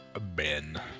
Ben